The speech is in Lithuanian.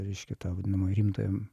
reiškia tą vadinamą rimtąją